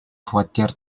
хваттер